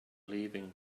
leaving